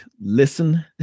listen